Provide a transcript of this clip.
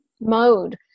mode